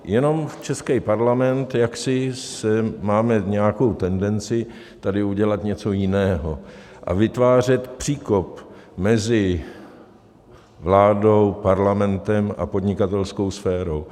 Jenom český parlament jaksi máme nějakou tendenci tady udělat něco jiného a vytvářet příkop mezi vládou, parlamentem a podnikatelskou sférou.